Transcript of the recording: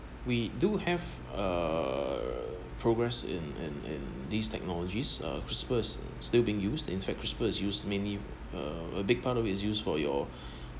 we do have uh progress in in in these technologies uh CRISPR still being used in fact CRISPR is use many uh a big part of is used for your